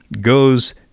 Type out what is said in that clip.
goes